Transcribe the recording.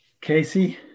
Casey